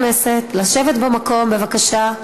חברי הכנסת, לשבת במקום, בבקשה.